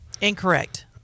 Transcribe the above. Incorrect